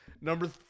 number